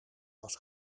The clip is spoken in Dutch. was